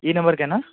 ఈ నెంబర్కేనా